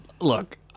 look